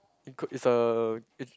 include it's a it's